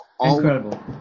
Incredible